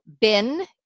bin